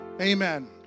Amen